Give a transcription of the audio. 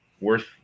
worth